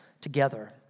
Together